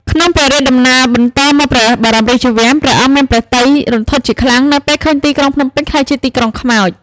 ក្នុងព្រះរាជដំណើរបន្តមកព្រះបរមរាជវាំង ព្រះអង្គមានព្រះទ័យរន្ធត់ជាខ្លាំងនៅពេលឃើញទីក្រុងភ្នំពេញក្លាយជា «ទីក្រុងខ្មោច»។